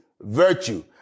virtue